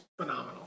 phenomenal